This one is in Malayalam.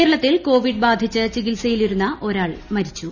കേരളത്തിൽ കോവിഡ് ബാധിച്ച് ചികിത്രസയിലിരുന്ന ഒരാൾ മരിച്ചു